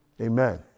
Amen